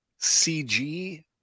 CG